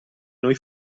noi